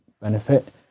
benefit